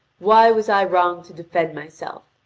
why was i wrong to defend myself?